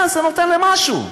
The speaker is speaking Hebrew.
זה נותן משהו?